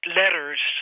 letters